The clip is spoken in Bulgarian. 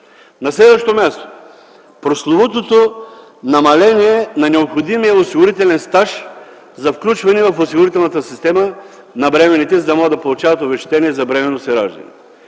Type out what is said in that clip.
На следващо място, прословутото намаление на необходимия осигурителен стаж за включване в осигурителната система на бременните, за да могат да получават обезщетение за бременност и раждане.